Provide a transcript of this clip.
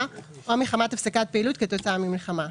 או מחמת הפסקת פעילות כתוצאה ממלחמה: